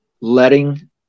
letting